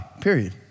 period